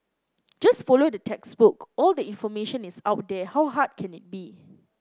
just follow the textbook all the information is out there how hard can it be